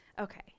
Okay